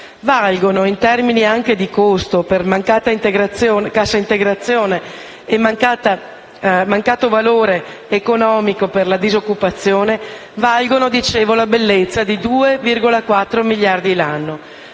valgono in termini anche di costo - per mancata Cassa integrazione e mancato valore economico per la disoccupazione - la bellezza di 2,4 miliardi l'anno,